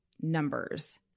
numbers